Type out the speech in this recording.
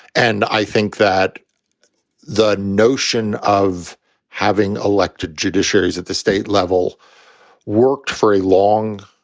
and i think that the notion of having elected judiciaries at the state level worked for a long